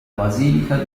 basilica